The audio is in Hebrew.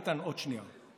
איתן, עוד שנייה.